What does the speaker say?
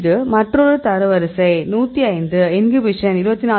இது மற்றொரு ஒரு தரவரிசை 105 இன்ஹிபிஷன் 24